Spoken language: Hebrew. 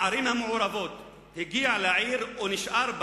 בערים המעורבות, הגיעו לעיר או נשארו